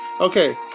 okay